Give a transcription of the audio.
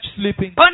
sleeping